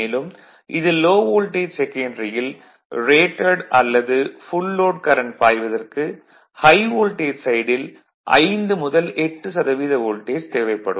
மேலும் இதில் low voltage செகன்டரியில் ரேடட் அல்லது ஃபுல் லோட் கரண்ட் பாய்வதற்கு ஹை வோல்டேஜ் சைடில் 5 முதல் 8 சதவீத வோல்டேஜ் தேவைப்படும்